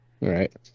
Right